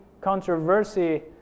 controversy